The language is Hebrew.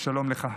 שלום לך.